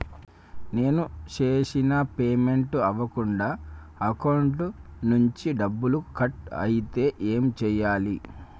నేను చేసిన పేమెంట్ అవ్వకుండా అకౌంట్ నుంచి డబ్బులు కట్ అయితే ఏం చేయాలి?